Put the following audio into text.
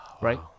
Right